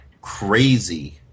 crazy